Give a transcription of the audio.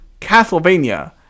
Castlevania